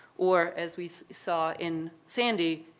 or as we saw in sandy,